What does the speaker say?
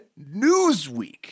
Newsweek